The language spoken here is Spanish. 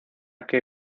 que